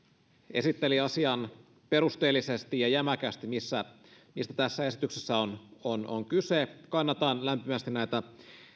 esitteli perusteellisesti ja jämäkästi mistä mistä tässä esityksessä on on kyse kannatan lämpimästi näitä